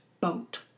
boat